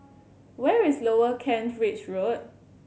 where is Lower Kent Ridge Road